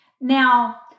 Now